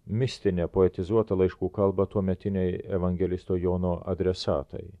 mistinę poetizuotą laiškų kalbą tuometiniui evangelisto jono adresatui